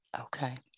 okay